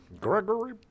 Gregory